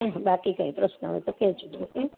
બાકી કઈ પ્રશ્ન હોય તો કેજો